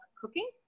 cooking